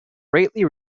greatly